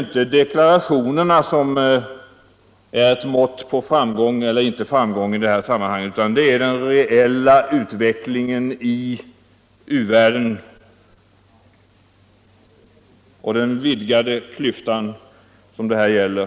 Själva deklarationerna är ju inte ett mått på framgång eller inte framgång, utan det är den reella utvecklingen i världen och den vidgade klyftan som det här gäller.